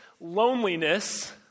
loneliness